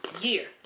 year